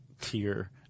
tier